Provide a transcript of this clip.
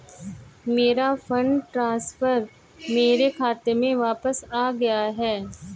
मेरा fund transfer मेरे खाते में वापस आ गया है